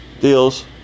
deals